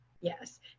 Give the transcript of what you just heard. Yes